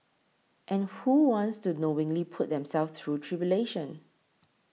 and who wants to knowingly put themselves through tribulation